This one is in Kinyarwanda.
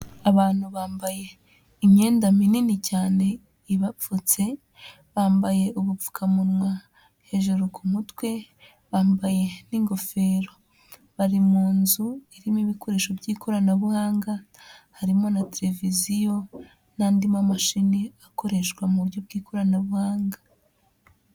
Abantu bambaye imyenda minini cyane ibapfutse, bambaye ubupfukamunwa hejuru ku mutwe, bambaye n'ingofero, bari mu nzu irimo ibikoresho by'ikoranabuhanga, harimo na tereviziyo n'andi mamashini akoreshwa mu buryo bw'ikoranabuhanga.